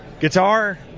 Guitar